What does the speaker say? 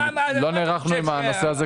לא נערכנו עם תשובה לזה,